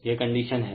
यह कंडीशन है